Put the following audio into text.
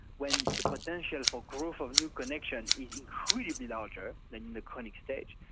when the potential for growth of new connection is incredibly larger than in the chronic stage,